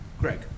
Greg